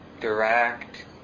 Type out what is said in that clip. direct